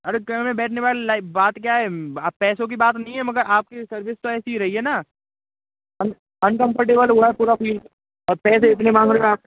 अरे में बैठने वाले बात क्या है आप पैसों की बात नहीं है मगर आपकी सर्विस तो ऐसी ही रही है न अन अनकम्फ्टेबल हुआ है पूरा और पैसे इतने मांग रहे हो आप